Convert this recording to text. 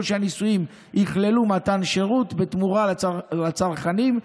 שהניסויים יכללו מתן שירות בתמורה לצרכנים,